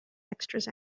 extras